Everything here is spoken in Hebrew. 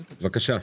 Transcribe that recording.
בבקשה.